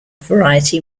variety